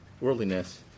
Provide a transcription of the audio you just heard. worldliness